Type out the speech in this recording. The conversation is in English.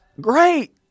great